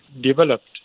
developed